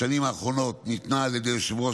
בשנים האחרונות ניתנה על ידי יושב-ראש